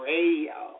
Radio